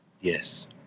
Yes